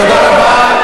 תודה רבה.